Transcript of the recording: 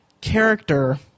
character